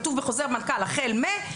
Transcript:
כתוב בחוזר מנכ"ל החל מ,